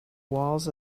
walls